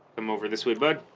i'm over this way bug